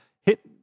Hit